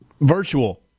virtual